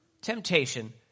temptation